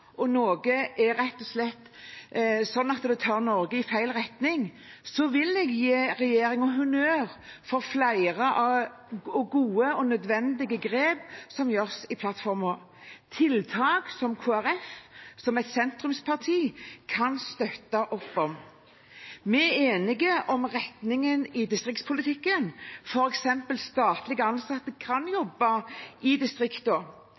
om noe er slik at det rett og slett tar Norge i feil retning, vil jeg gi regjeringen honnør for flere gode og nødvendige grep som tas i plattformen. Dette er tiltak som Kristelig Folkeparti, som et sentrumsparti, kan støtte opp om. Vi er enige om retningen i distriktspolitikken, f.eks. at statlig ansatte kan jobbe i